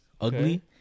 Ugly